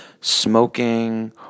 smoking